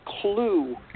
clue